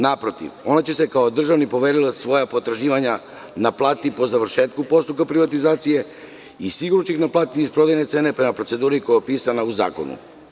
Naprotiv, ona će kao državni poverilac svoja potraživanja naplatiti po završetku postupka privatizacije i sigurno će ih naplatiti iz prodajne cene prema proceduri koja je propisana u zakonu.